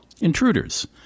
Intruders